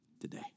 today